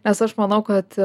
nes aš manau kad